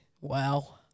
wow